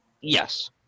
Yes